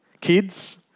Kids